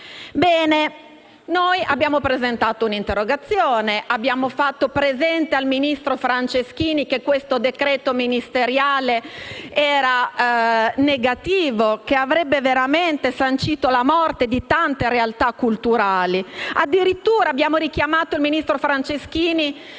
Ebbene, noi abbiamo presentato un'interrogazione ed abbiamo fatto presente al ministro Franceschini che questo decreto ministeriale era negativo perché avrebbe sancito la morte di tante realtà culturali. Addirittura abbiamo richiamato l'attenzione del ministro Franceschini